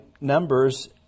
numbers